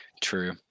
true